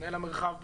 מנהל המרחב ברמ"י,